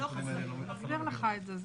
אני אסביר לך את זה.